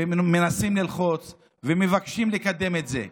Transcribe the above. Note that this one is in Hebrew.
ומנסים ללחוץ ומבקשים לקדם את זה.